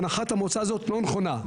הנחת המוצא הזאת לא נכונה.